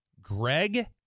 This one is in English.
Greg